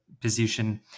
position